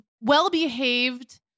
well-behaved